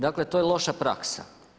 Dakle to je loša praksa.